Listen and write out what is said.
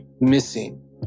missing